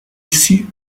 issues